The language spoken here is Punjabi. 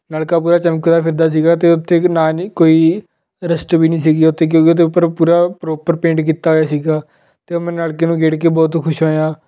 ਨਲਕਾ ਪੂਰਾ ਚਮਕਦਾ ਫਿਰਦਾ ਸੀਗਾ ਅਤੇ ਉੱਥੇ ਇੱਕ ਨਾ ਨਹੀਂ ਕੋਈ ਰਸਟ ਵੀ ਨਹੀਂ ਸੀਗੀ ਉੱਥੇ ਕਿਉਂਕਿ ਉਹਦੇ ਉੱਪਰ ਪੂਰਾ ਪ੍ਰੋਪਰ ਪੇਂਟ ਕੀਤਾ ਹੋਇਆ ਸੀਗਾ ਅਤੇ ਮੈਂ ਨਾਲਕੇ ਨੂੰ ਗੇੜ ਕੇ ਬਹੁਤ ਖੁਸ਼ ਹੋਇਆ